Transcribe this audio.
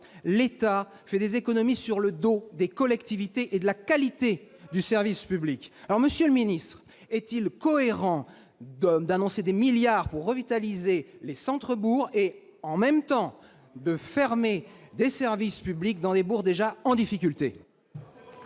l'État fait des économies sur le dos des collectivités et de la qualité du service public ! Monsieur le secrétaire d'État, est-il cohérent d'annoncer des milliards pour revitaliser des centres-bourgs et, en même temps, de fermer des services publics dans des bourgs déjà en difficulté ?